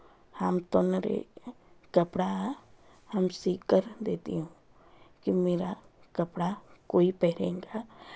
हम तुम्हारे कपड़ा हम सिल कर देती हूँ कि मेरा कपड़ा कोई पहनेगा